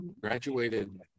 graduated